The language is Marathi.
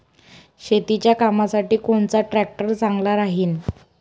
शेतीच्या कामासाठी कोनचा ट्रॅक्टर चांगला राहीन?